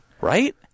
right